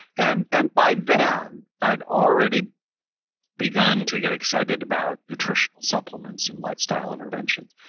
and and by then, i'd already began to get excited about nutritional supplements and lifestyle interventions.